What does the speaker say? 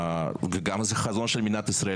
וזה גם החזון של מדינת ישראל,